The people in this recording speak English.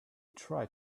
tried